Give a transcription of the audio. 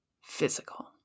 physical